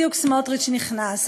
בדיוק סמוטריץ נכנס.